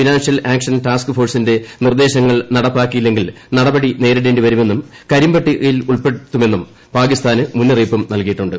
financial action task ഫോഴ്സിന്റെ നിർദേശങ്ങൾ നടപ്പാക്കിയില്ലെങ്കിൽ നടിപ്പടി നേരിടേണ്ടി വരുമെന്നും കരിമ്പട്ടികയിൽ ഉൾപ്പെടുത്തുമെന്നും പാക്കീസ്ഥാന് മുന്നറിയിപ്പും നല്കിയിട്ടുണ്ട്